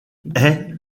hey